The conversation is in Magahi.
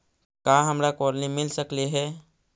का हमरा कोलनी मिल सकले हे?